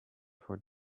for